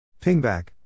Pingback